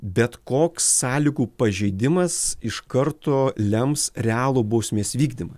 bet koks sąlygų pažeidimas iš karto lems realų bausmės vykdymą